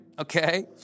okay